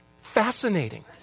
Fascinating